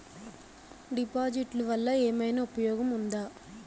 డిపాజిట్లు వల్ల ఏమైనా ఉపయోగం ఉందా?